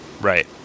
Right